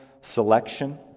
selection